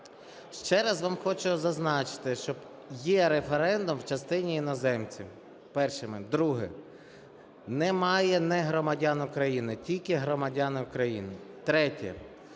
Ще раз вам хочу зазначити, що є референдум у частині іноземців. Перший момент. Друге: немає негромадян України – тільки громадяни України. Третє.